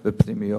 תודה רבה, אדוני.